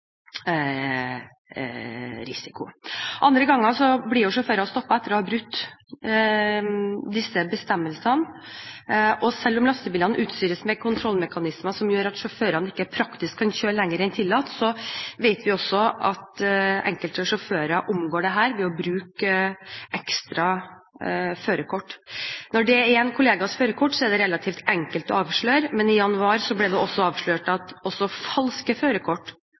Andre ganger blir sjåfører stoppet etter å ha brutt disse bestemmelsene. Selv om lastebilene utstyres med kontrollmekanismer som gjør at sjåførene ikke praktisk kan kjøre lenger enn tillatt, vet vi også at enkelte sjåfører omgår dette ved å bruke ekstra førerkort. Når det er en kollegas førerkort, er det relativt enkelt å avsløre, men i januar ble det avslørt at også falske førerkort